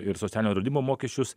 ir socialinio draudimo mokesčius